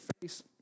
face